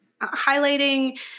highlighting